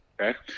Okay